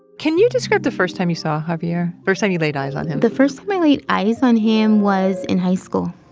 can you describe the first time you saw javier? first time you laid eyes on him the first time i laid eyes on him was in high school.